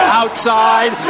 outside